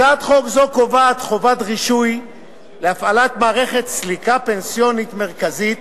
הצעת חוק זו קובעת חובת רישוי להפעלת מערכת סליקה פנסיונית מרכזית